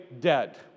dead